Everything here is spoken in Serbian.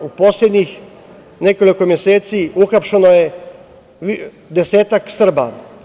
U poslednjih nekoliko meseci uhapšeno je desetak Srba.